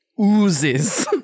oozes